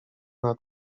nad